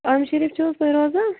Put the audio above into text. اَم شریٖف چھِو حظ تُہۍ روزان